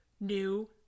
new